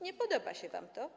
Nie podoba się wam to.